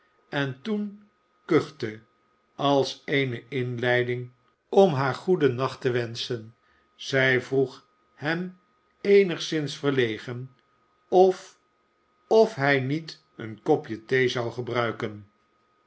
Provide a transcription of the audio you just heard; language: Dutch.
en toen j kuchte als eene inleiding om haar goedennacht i te wenschen zij vroeg hem eenigszins verlegen j of of hij niet een kopje thee zou gebruiken